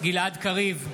גלעד קריב,